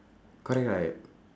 correct right